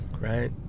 right